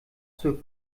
zur